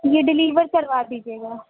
یہ ڈیلیور کروا دیجیے گا